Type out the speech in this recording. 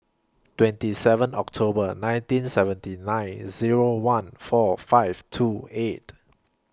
twenty seven October nineteen seventy nine Zero one four five two eight